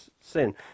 sin